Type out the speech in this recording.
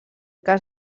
cas